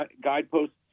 guideposts